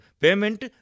payment